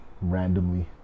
randomly